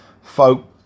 folk